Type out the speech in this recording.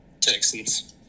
Texans